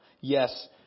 Yes